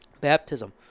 Baptism